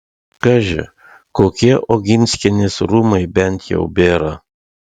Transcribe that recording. kaži kokie oginskienės rūmai bent jau bėra